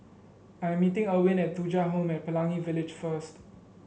I am meeting Erwin at Thuja Home at Pelangi Village first